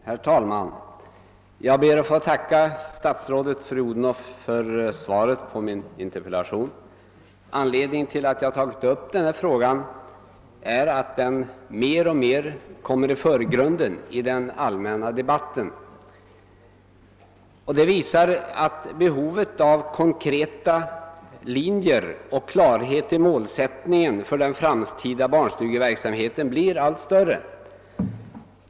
Herr talman! Jag ber att få tacka statsrådet fru Odhnoff för svaret på min interpellation. Anledningen till att jag tagit upp denna fråga är att den mer och mer kommer i förgrunden i den allmänna debatten. Det visar att behovet av konkreta linjer och klarhet i målsättningen för den framtida barnstugeverksamheten blir allt större.